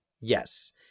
Yes